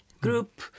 group